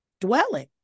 dwelling